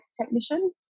technician